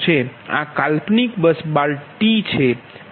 આ કાલ્પનિક બસ બાર t છે